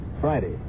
Friday